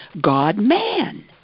God-man